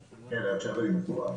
מורן.